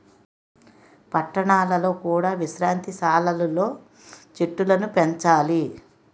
పట్టణాలలో కూడా విశ్రాంతి సాలలు లో చెట్టులను పెంచాలి